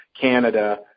Canada